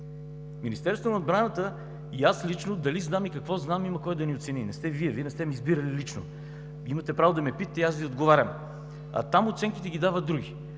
Министерството на отбраната, и аз лично дали знам, и какво знам, има кой да ни оцени. Не сте Вие! Вие не сте ме избирали лично. Вие имате право да ме питате и аз Ви отговарям, а там оценките ги дават други.